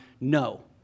No